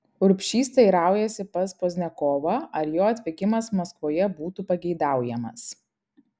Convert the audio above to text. urbšys teiraujasi pas pozniakovą ar jo atvykimas maskvoje būtų pageidaujamas